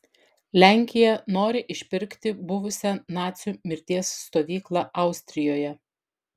lenkija nori išpirkti buvusią nacių mirties stovyklą austrijoje